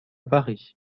paris